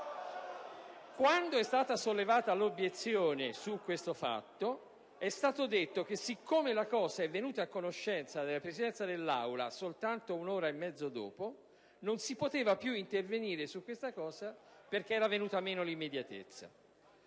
Quando è stata sollevata l'obiezione su questo fatto, è stato detto che siccome la vicenda è venuta a conoscenza della Presidenza dell'Assemblea solo un'ora e mezza dopo, non si poteva più intervenire perché era venuta meno l'immediatezza.